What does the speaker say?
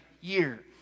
year